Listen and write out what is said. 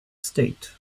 state